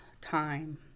time